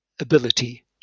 ability